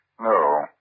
No